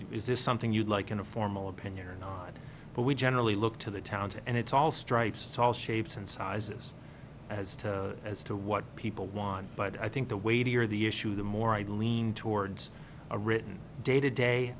is this something you'd like in a formal opinion or not but we generally look to the talent and it's all stripes all shapes and sizes as to as to what people want but i think the weightier the issue the more i would lean towards a written day to day